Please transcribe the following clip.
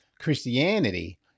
Christianity